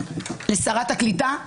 לשרת הקליטה,